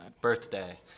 Birthday